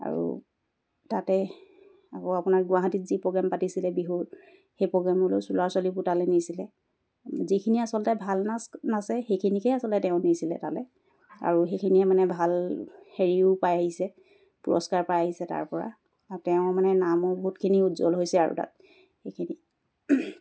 আৰু তাতে আকৌ আপোনাৰ গুৱাহাটীত যি প্ৰগ্ৰেম পাতিছিলে বিহুৰ সেই প্ৰগ্ৰেমলৈ ল'ৰা ছোৱালীবোৰ তালৈ নিছিলে যিখিনি আচলতে ভাল নাচ নাচে সেইখিনিকেই আচলতে তেওঁ নিছিলে তালৈ আৰু সেইখিনিয়ে মানে ভাল হেৰিও পাই আহিছে পুৰস্কাৰ পাই আহিছে তাৰপৰা তেওঁ মানে নামো বহুতখিনি উজ্জ্বল হৈছে আৰু তাত সেইখিনি